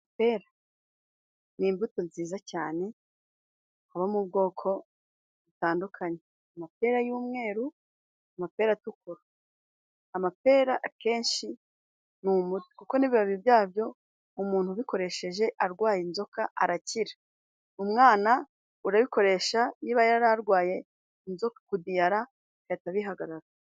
Amapera ni imbuto nziza cyane abamo ubwoko butandukanye. Amapera y'umweru, amapera atukura, amapera akenshi ni umuti, kuko n'ibibabi byabyo umuntu ubikoresheje arwaye inzoka arakira. Umwana urabikoresha niba yari arwaye inzoka kudiyara, bigahita bihagarara.